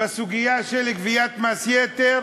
בסוגיה של גביית מס יתר